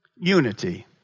unity